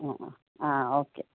ഉം ആ ഓക്കെ